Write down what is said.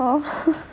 oh